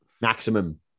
maximum